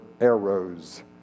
arrows